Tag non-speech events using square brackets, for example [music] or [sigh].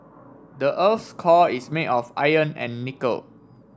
the earth core is made of iron and nickel [noise]